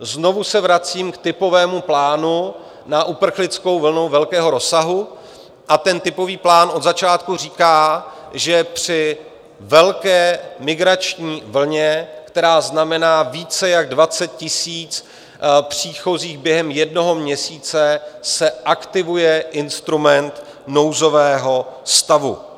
Znovu se vracím k typovému plánu na uprchlickou vlnu velkého rozsahu a ten typový plán od začátku říká, že při velké migrační vlně, která znamená více jak 20 000 příchozích během jednoho měsíce, se aktivuje instrument nouzového stavu.